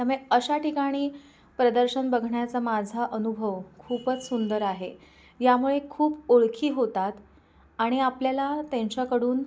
त्यामुळे अशा ठिकाणी प्रदर्शन बघण्याचा माझा अनुभव खूपच सुंदर आहे यामुळे खूप ओळखी होतात आणि आपल्याला त्यांच्याकडून